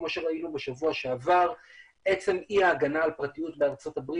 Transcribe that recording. כמו שראינו בשבוע שעבר עצם אי ההגנה על פרטיות בארצות הברית